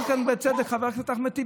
אמר כאן בצדק חבר הכנסת אחמד טיבי,